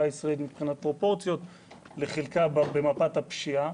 הישראלית מבחינת פרופורציות לחלקה במפת הפשיעה.